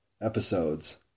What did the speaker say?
episodes